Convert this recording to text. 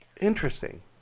interesting